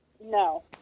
no